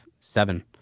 seven